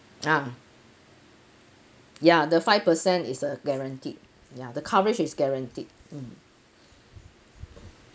ah ya the five percent is a guaranteed ya the coverage is guaranteed mm